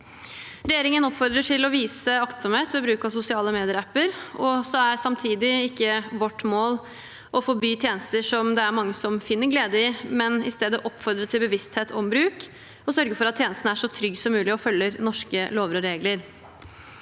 Regjeringen oppfordrer til å vise aktsomhet ved bruk av sosiale medieapper. Samtidig er det ikke vårt mål å forby tjenester som det er mange som finner glede i, men i stedet oppfordre til bevissthet om bruk og sørge for at tjenestene er så trygge som mulig og følger norske lover og regler.